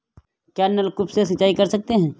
क्या नलकूप से सिंचाई कर सकते हैं?